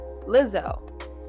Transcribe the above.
Lizzo